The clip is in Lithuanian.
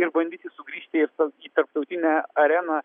ir bandyti sugrįžti į tarptautinę areną